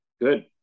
Good